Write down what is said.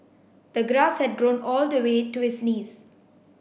the grass had grown all the way to his knees